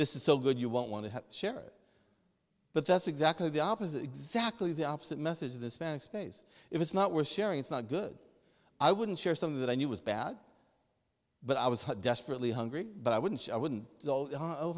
this is so good you won't want to share but that's exactly the opposite exactly the opposite message this backspace if it's not worth sharing it's not good i wouldn't share some of that i knew was bad but i was desperately hungry but i wouldn't i wouldn't